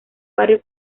barrio